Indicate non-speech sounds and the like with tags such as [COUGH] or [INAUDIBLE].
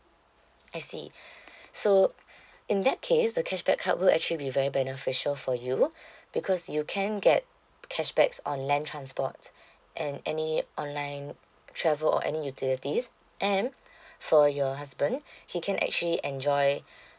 I see [BREATH] so [BREATH] in that case the cashback card will actually be very beneficial for you [BREATH] because you can get cashbacks on land transports [BREATH] and any online travel or any utilities and [BREATH] for your husband [BREATH] he can actually enjoy [BREATH]